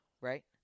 Right